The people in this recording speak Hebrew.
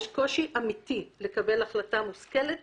יש קושי אמיתי לקבל החלטה מושכלת